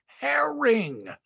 herring